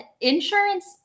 insurance